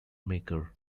maker